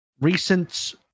recent